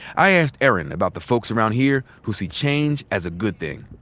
i asked erin about the folks around here who see change as a good thing.